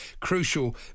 crucial